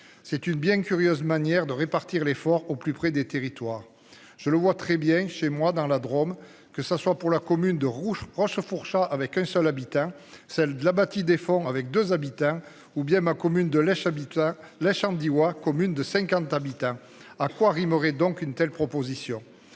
C'est une bien curieuse manière de répartir l'effort au plus près des territoires. Je le vois très bien chez moi dans la Drôme, que ça soit pour la commune de rouge proche fourche à avec un seul habitant celle de La Bâtie défend avec 2 habitants ou bien ma commune de lait. J'habite à la chambre dit, ouah, commune de 50 habitants à quoi rimerait donc une telle proposition.